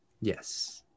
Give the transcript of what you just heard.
Yes